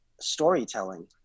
storytelling